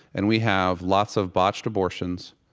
and we have lots of botched abortions.